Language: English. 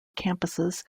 campuses